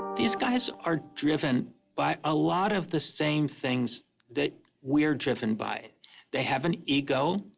these guys are driven by a lot of the same things that we're driven by they have an ego,